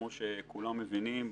כמו שכולם מבינים,